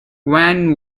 van